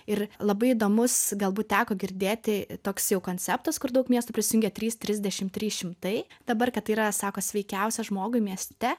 ir labai įdomus galbūt teko girdėti toks jau konceptas kur daug miestų prisijungė trys trisdešim trys šimtai dabar kad tai yra sako sveikiausia žmogui mieste